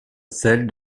celles